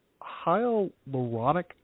Hyaluronic